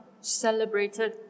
celebrated